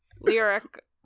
lyric